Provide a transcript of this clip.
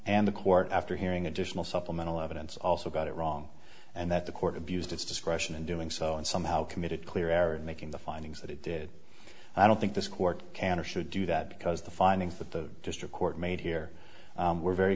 and the court after hearing additional supplemental evidence also got it wrong and that the court abused its discretion in doing so and somehow committed clear error and making the findings that it did and i don't think this court can or should do that because the findings that the district court made here were very